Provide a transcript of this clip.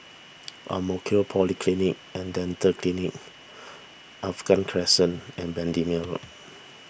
Ang Mo Kio Polyclinic and Dental Clinic Alkaff Crescent and Bendemeer Road